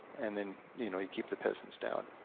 and then, you know, you keep the peasants down.